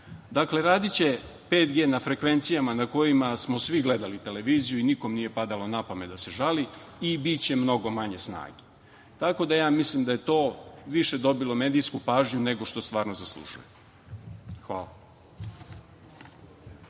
radiće 5G na frekvencijama na kojima smo svi gledali televiziju i nikom nije padalo na pamet da se žali i biće mnogo manje snage. Tako da ja mislim da je to više dobilo medijsku pažnju nego što stvarno zaslužuje. Hvala.